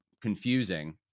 confusing